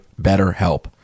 BetterHelp